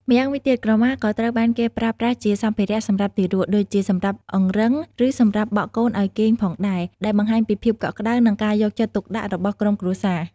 ម្យ៉ាងវិញទៀត ក្រមាក៏ត្រូវបានគេប្រើប្រាស់ជា សម្ភារៈសម្រាប់ទារក ដូចជាសម្រាប់អង្រឹង ឬសម្រាប់បក់កូនឱ្យគេងផងដែរ ដែលបង្ហាញពីភាពកក់ក្ដៅ និងការយកចិត្តទុកដាក់របស់ក្រុមគ្រួសារ។